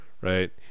right